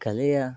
ಕಲೆಯ